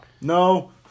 No